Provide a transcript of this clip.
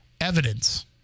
Evidence